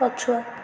ପଛୁଆ